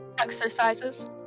Exercises